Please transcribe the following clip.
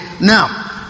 Now